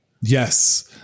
Yes